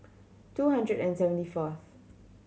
two hundred and seventy fourth